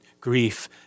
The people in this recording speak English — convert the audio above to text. grief